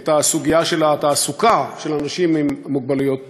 את הסוגיה של התעסוקה של אנשים עם מוגבלות בשוק.